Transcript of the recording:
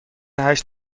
هشت